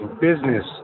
business